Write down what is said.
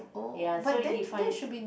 ya so if he finds